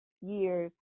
years